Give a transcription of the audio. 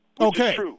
Okay